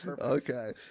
okay